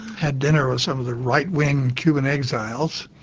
had dinner with some of the right-wing cuban exiles,